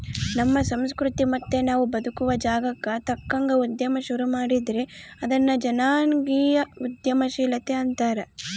ನಮ್ಮ ಸಂಸ್ಕೃತಿ ಮತ್ತೆ ನಾವು ಬದುಕುವ ಜಾಗಕ್ಕ ತಕ್ಕಂಗ ಉದ್ಯಮ ಶುರು ಮಾಡಿದ್ರೆ ಅದನ್ನ ಜನಾಂಗೀಯ ಉದ್ಯಮಶೀಲತೆ ಅಂತಾರೆ